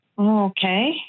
okay